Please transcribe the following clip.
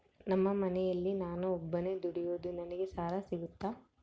ನಮ್ಮ ಮನೆಯಲ್ಲಿ ನಾನು ಒಬ್ಬನೇ ದುಡಿಯೋದು ನನಗೆ ಸಾಲ ಸಿಗುತ್ತಾ?